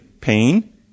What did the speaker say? pain